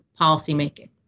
policymaking